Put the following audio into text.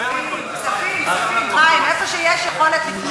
אדוני, שוועדת הכנסת תחליט.